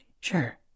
sure